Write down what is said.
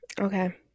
Okay